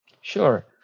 Sure